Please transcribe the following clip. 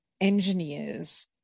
engineers